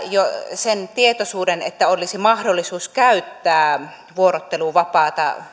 sen tietoisuuden että olisi mahdollisuus käyttää vuorotteluvapaata